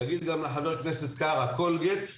נגיד גם לחבר הכנסת קארה, קולגייט ,